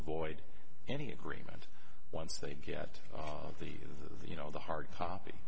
avoid any agreement once they get the you know the hard copy